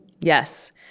Yes